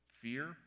fear